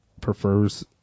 prefers